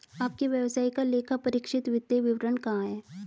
आपके व्यवसाय का लेखापरीक्षित वित्तीय विवरण कहाँ है?